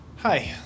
Hi